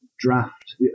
Draft